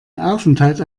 aufenthalt